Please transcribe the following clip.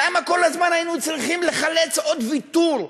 למה כל הזמן היינו צריכים לחלץ עוד ויתור,